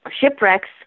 shipwrecks